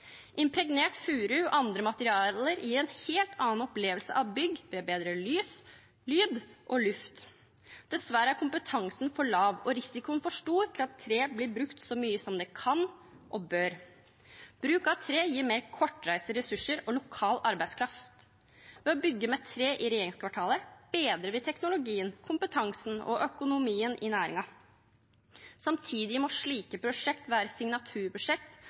Impregnert furu og andre materialer gir en helt annen opplevelse av bygg – ved bedre lys, lyd og luft. Dessverre er kompetansen for lav og risikoen for stor til at tre blir brukt så mye som det kan og bør. Bruk av tre gir mer kortreiste ressurser og lokal arbeidskraft. Ved å bygge med tre i regjeringskvartalet bedrer vi teknologien, kompetansen og økonomien i næringen. Samtidig må slike prosjekter være